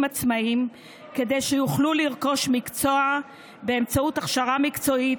עצמאיים כדי שיוכלו לרכוש מקצוע באמצעות הכשרה מקצועית,